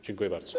Dziękuję bardzo.